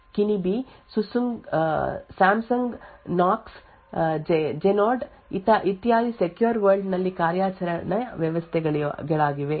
ಆದ್ದರಿಂದ ಕಾರ್ಯಾಚರಣಾ ವ್ಯವಸ್ಥೆಗಳಾದ Qualcomm's Qualcomm's QSEE Trustonics Kinibi Samsung ಕ್ನೋಸ್ ಗೆನೊಡೆ ಇತ್ಯಾದಿ ಸೆಕ್ಯೂರ್ ವರ್ಲ್ಡ್ ನಲ್ಲಿ ಕಾರ್ಯಾಚರಣಾ ವ್ಯವಸ್ಥೆಗಳಾಗಿವೆ